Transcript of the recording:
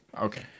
Okay